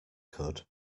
could